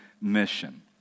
mission